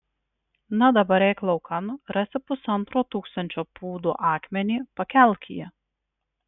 na dabar eik laukan rasi pusantro tūkstančio pūdų akmenį pakelk jį